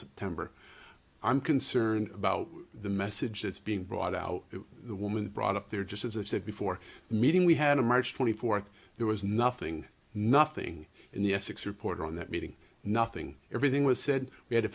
september i'm concerned about the message that's being brought out the woman brought up there just as i said before meeting we had a march twenty fourth there was nothing nothing in the essex report on that meeting nothing everything was said we had a